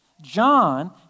John